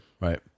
right